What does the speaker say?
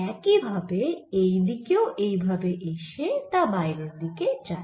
একই ভাবে এই দিকেও এই ভাবে এসে তা বাইরের দিকে যায়